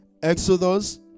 Exodus